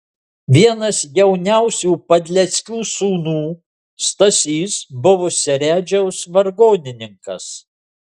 vienas jauniausių padleckių sūnų stasys buvo seredžiaus vargonininkas